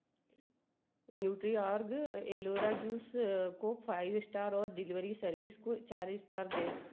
Nutriorg aloe vera juice को five star और delivery service को चार स्टार दें